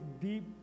deep